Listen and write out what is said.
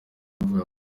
avuga